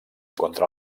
contra